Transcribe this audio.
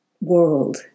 world